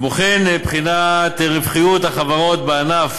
כמו כן, בחינת רווחיות החברות בענף